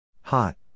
Hot